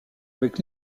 avec